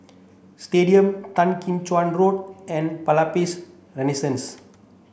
Stadium Tan Kim Cheng Road and Palais Renaissance